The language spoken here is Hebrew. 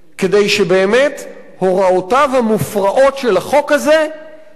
כדי שהוראותיו המופרעות של החוק הזה יחולו,